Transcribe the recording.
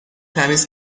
تمیز